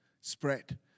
spread